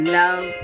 love